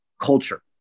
culture